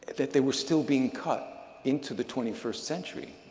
that they were still being cut into the twenty first century.